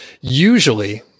Usually